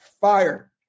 fire